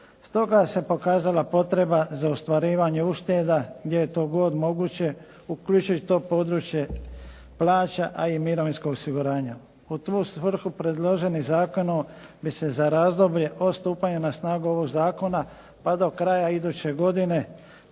Stoga se pokazala potreba za ostvarivanje ušteda gdje je to god moguće uključujući to područje plaća a i mirovinskog osiguranja. U tu svrhu predloženim zakonom bi se za razdoblje od stupanja na snagu ovog zakona pa do kraja iduće godine